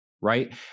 Right